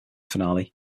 finale